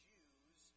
Jews